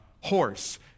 horse